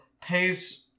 pays